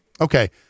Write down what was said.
Okay